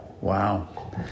Wow